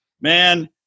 man